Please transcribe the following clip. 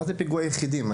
מה זה פיגועי בודדים?